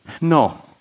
No